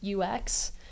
UX